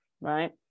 right